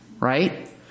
right